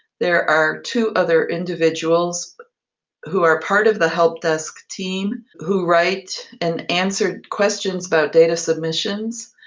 there are two other individuals who are part of the help desk team who write and answer questions about data submissions.